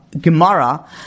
Gemara